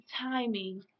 timing